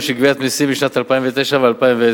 של גביית מסים בשנים 2009 ו-2010.